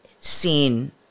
seen